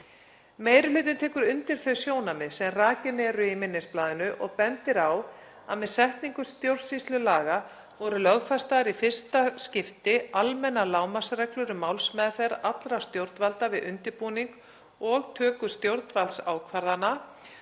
Meiri hlutinn tekur undir þau sjónarmið sem rakin eru í minnisblaðinu og bendir á að með setningu stjórnsýslulaga voru lögfestar í fyrsta skipti almennar lágmarksreglur um málsmeðferð allra stjórnvalda við undirbúning og töku stjórnvaldsákvarðana